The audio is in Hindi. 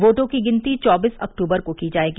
वोटों की गिनती चौबीस अक्टूबर को की जायेगी